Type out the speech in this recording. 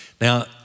Now